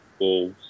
Wolves